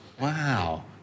Wow